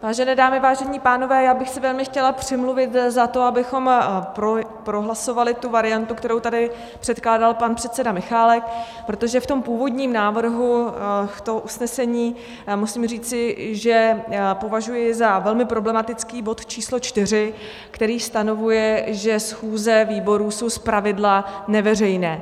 Vážené dámy, vážení pánové, velmi bych se chtěla přimluvit za to, abychom prohlasovali tu variantu, kterou tady předkládal pan předseda Michálek, protože v tom původním návrhu usnesení, musím říci, považuji za velmi problematický bod číslo 4, který stanovuje, že schůze výboru jsou zpravidla neveřejné.